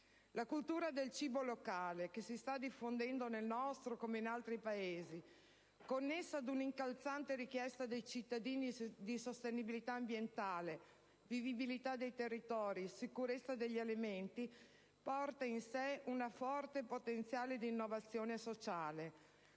La cultura del cibo locale, che si sta diffondendo nel nostro, come in altri Paesi, connessa ad una incalzante richiesta dei cittadini di sostenibilità ambientale, vivibilità dei territori, sicurezza degli alimenti, porta in sé un forte potenziale di innovazione sociale,